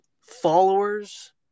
followers